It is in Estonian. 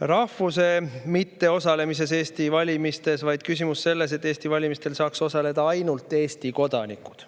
rahvuse mitteosalemises Eesti valimistel, vaid küsimus on selles, et Eesti valimistel saaks osaleda ainult Eesti kodanikud